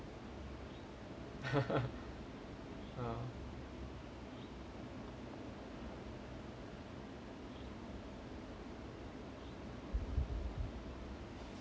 uh